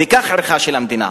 וכך ערכה של המדינה.